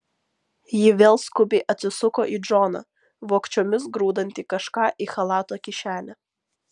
ji vėl skubiai atsisuko į džoną vogčiomis grūdantį kažką į chalato kišenę